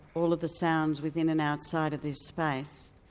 all of the sounds within and outside of this space.